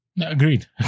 Agreed